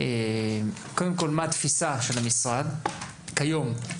תאמרו קודם כל מה התפיסה של המשרד כיום,